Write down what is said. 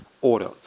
order